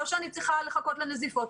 לא שאני צריכה לחכות לנזיפות,